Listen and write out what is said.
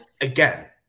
again